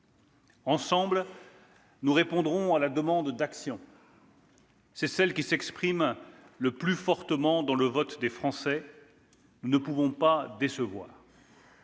Ensemble, nous répondrons à la demande d'action. C'est celle qui s'exprime le plus fortement dans le vote des Français. Nous ne pouvons pas décevoir.